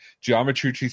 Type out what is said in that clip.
geometry